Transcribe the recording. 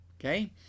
Okay